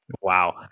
Wow